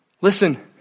Listen